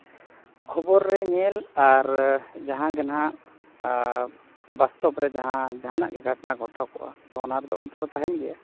ᱠᱷᱚᱵᱚᱨ ᱨᱮ ᱧᱮᱞ ᱟᱨ ᱡᱟᱦᱟᱸ ᱜᱮ ᱱᱟᱦᱟᱜ ᱟᱨ ᱵᱟᱥᱛᱚᱵ ᱨᱮ ᱡᱟᱦᱟᱸ ᱡᱟᱦᱟᱱᱟᱜ ᱜᱮ ᱜᱷᱚᱴᱚᱱᱟ ᱜᱷᱚᱴᱟᱣ ᱠᱚᱜᱼᱟ ᱛᱚ ᱚᱱᱟ ᱨᱮᱫᱚ ᱚᱱᱛᱚᱨ ᱫᱚ ᱛᱟᱦᱮᱱ ᱜᱮᱭᱟ